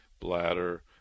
bladder